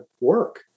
work